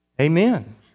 Amen